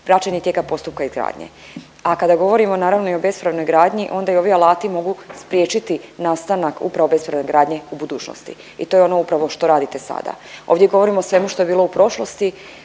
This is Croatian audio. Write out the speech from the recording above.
praćenje tijeka postupka izgradnje. A kada govorimo naravno i o bespravnoj gradnji onda i ovi alati mogu spriječiti nastanak upravo bespravne gradnje u budućnosti i to je ono upravo što radite sada. Ovdje govorimo o svemu što je bilo u prošlosti